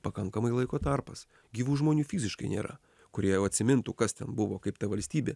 pakankamai laiko tarpas gyvų žmonių fiziškai nėra kurie jau atsimintų kas ten buvo kaip ta valstybė